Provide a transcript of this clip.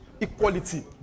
equality